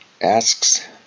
asks